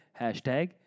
Hashtag